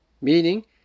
Meaning